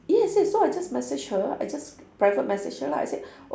yes yes so I just message her I just private message her lah I said